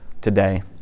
today